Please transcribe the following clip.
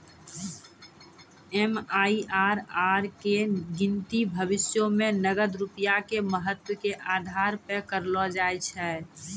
MIRR के गिनती भविष्यो मे नगद रूपया के महत्व के आधार पे करलो जाय छै